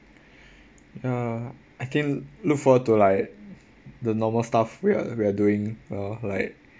ya I think look forward to like the normal stuff we're we're doing or like